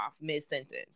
mid-sentence